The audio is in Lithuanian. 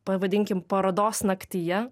pavadinkim parodos naktyje